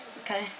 Okay